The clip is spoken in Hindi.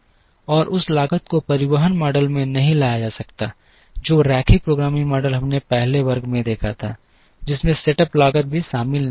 और उस लागत को परिवहन मॉडल में नहीं लाया जा सकता है जो रैखिक प्रोग्रामिंग मॉडल हमने पहले वर्ग में देखा था जिसमें सेटअप लागत भी शामिल नहीं है